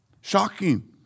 Shocking